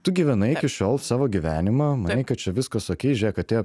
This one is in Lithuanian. tu gyvenai iki šiol savo gyvenimą manei kad čia viskas okei žiūrėk atėjo